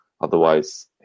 Otherwise